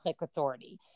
authority